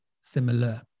similar